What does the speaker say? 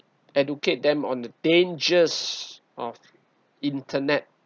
educate them on the dangers of internet